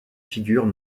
figurent